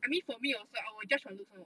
I mean for me also I will judge on looks [one] [what]